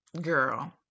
girl